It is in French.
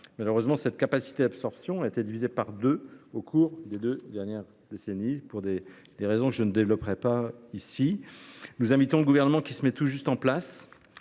Malheureusement, cette capacité a été divisée par deux au cours des deux dernières décennies, pour des raisons que je ne développerai pas ici. Nous invitons le gouvernement qui se met tout juste en place